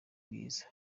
mwiza